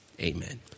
amen